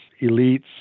elites